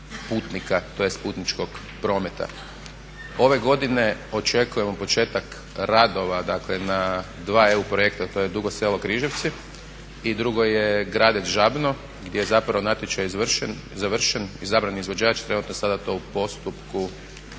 putnika, tj. putničkog prometa. Ove godine očekujemo početak radova, dakle na dva EU projekta, a to je Dugo Selo – Križevci i drugo je Gradec – Žabno, gdje je zapravo natječaj završen, izabran izvođač. Trenutno je sada to u postupku